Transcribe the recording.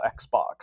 Xbox